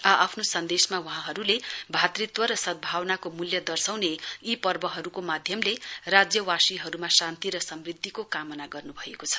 आआफ्नो सन्देशमा वहाँहरूले भातृत्त्व र सदभावनाको मूल्य दर्शाउने यी पर्वहरूको माध्यमले राज्यवासीहरूमा शान्ति र समृद्धिको कामना गर्नु भएको छ